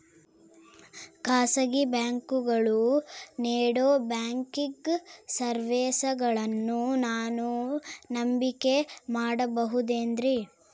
ಖಾಸಗಿ ಬ್ಯಾಂಕುಗಳು ನೇಡೋ ಬ್ಯಾಂಕಿಗ್ ಸರ್ವೇಸಗಳನ್ನು ನಾನು ನಂಬಿಕೆ ಮಾಡಬಹುದೇನ್ರಿ?